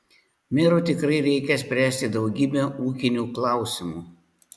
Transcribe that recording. merui tikrai reikia spręsti daugybę ūkinių klausimų